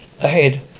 ahead